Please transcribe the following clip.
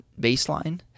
baseline